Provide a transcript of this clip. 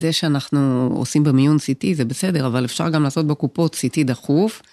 כדי שאנחנו עושים במיון סי-טי זה בסדר, אבל אפשר גם לעשות בקופות סי-טי דחוף